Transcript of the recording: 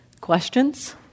questions